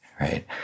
Right